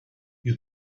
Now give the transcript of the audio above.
you